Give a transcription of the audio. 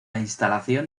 instalación